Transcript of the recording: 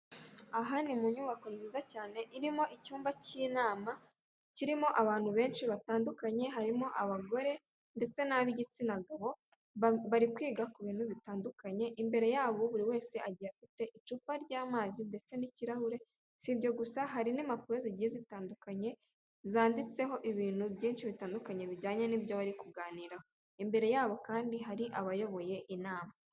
Aha ni mu nyubako nziza cyane irimo icyumba cy'inama kirimo abantu benshi batandukanye harimo abagore ndetse n'ab'igitsina gabo bari kwiga ku bintu bitandukanye. Imbere yabo buri wese afite icupa ry'amazi ndetse n'ikirahure si ibyo gusa hari n'impapuro zigiye zitandukanye zanditseho ibintu byinshi bitandukanye bijyanye n'ibyo bari kuganiraho, imbere yabo kandi hari abayoboye inama.